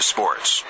Sports